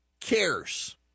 cares